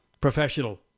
professional